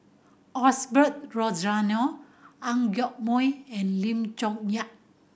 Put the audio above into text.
Osbert Rozario Ang Yoke Mooi and Lim Chong Yah